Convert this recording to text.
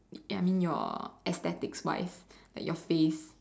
I mean your aesthetics wise like your face